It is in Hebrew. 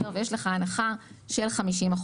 ויש לך הנחה של 50%,